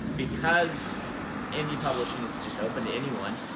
because indie publishing is just open to anyone,